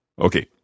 Okay